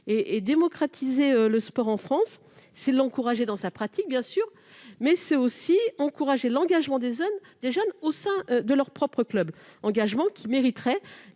Démocratiser le sport en France, c'est en encourager la pratique, mais c'est aussi encourager l'engagement des jeunes au sein de leur propre club, engagement qui mériterait